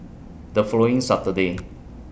The following Saturday